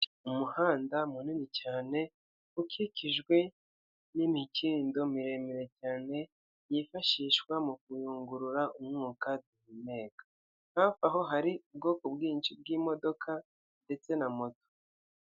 Umuhanda munini cyane ukikijwe n'imikindo miremire cyane, yifashisha mu kuyungura umwuka duhumeka. Hafi aho hari ubwoko bwinshi bw'imodoka ndetse na moto.